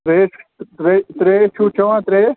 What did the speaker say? ترٛیش ترٛیش ترٛیش چھُو چٮ۪وان ترٛیش